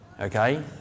Okay